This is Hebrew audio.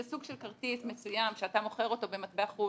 זה סוג של כרטיס מסוים שאתה מוכר אותו במטבע חוץ,